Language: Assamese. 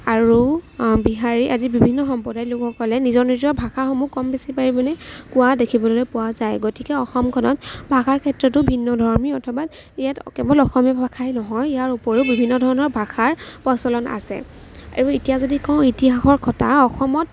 আৰু বিহাৰী আদি বিভিন্ন সম্প্ৰদায়ৰ লোকসকলে নিজৰ নিজৰ ভাষাসমূহ কম বেছি পৰিমাণে কোৱা দেখিবলৈ পোৱা যায় গতিকে অসমখনত ভাষাৰ ক্ষেত্ৰতো ভিন্ন ধৰ্মী অথবা ইয়াত কেৱল অসমীয়া ভাষাই নহয় ইয়াৰ উপৰিও বিভিন্ন ধৰণৰ ভাষাৰ প্ৰচলন আছে আৰু এতিয়া যদি কওঁ ইতিহাসৰ কথা অসমত